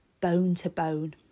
bone-to-bone